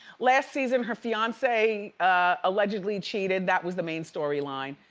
last season, her fiance allegedly cheated. that was the main storyline.